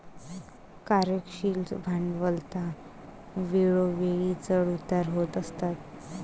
कार्यशील भांडवलात वेळोवेळी चढ उतार होत असतात